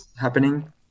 happening